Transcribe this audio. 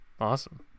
Awesome